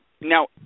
now